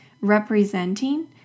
representing